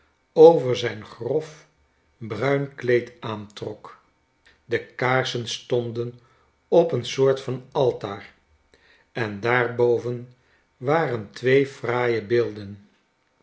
over zijn grof bruin kleed aantrok de kaarsen stonden op een soort van altaar en daarboven waren twee fraaie beelden